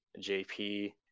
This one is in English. JP